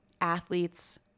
athletes